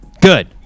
Good